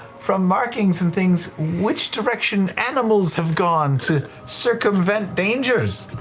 from markings and things which direction animals have gone to circumvent dangers.